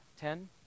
ten